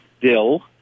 dill